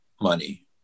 money